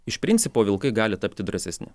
iš principo vilkai gali tapti drąsesni